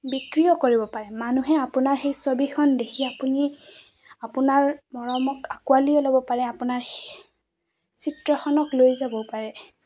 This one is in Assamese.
বিক্ৰীয়ো কৰিব পাৰে মানুহে আপোনাৰ সেই ছবিখন দেখি আপুনি আপোনাৰ মৰমক আঁকোৱালিও ল'ব পাৰে আপোনাৰ চিত্ৰখনক লৈ যাবও পাৰে